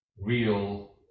real